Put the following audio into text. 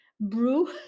brew